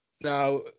now